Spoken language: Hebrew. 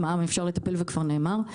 במע"מ אפשר לטפל וכבר דובר על זה.